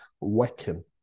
working